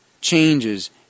changes